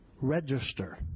register